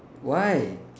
why